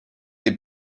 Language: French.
des